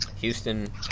Houston